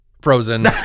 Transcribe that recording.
Frozen